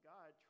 God